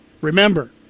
remember